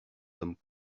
sommes